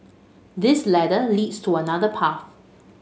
this ladder leads to another path